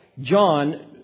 John